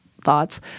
thoughts